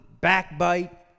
backbite